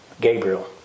Gabriel